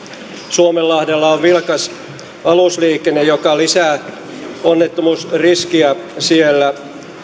suomenlahdella on vilkas alusliikenne joka lisää onnettomuusriskiä siellä